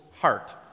heart